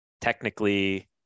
technically